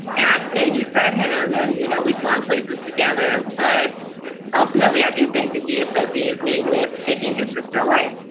and baby said him. and you know, we've gone places together. but ultimately, i do think that he associates me with taking his sister away,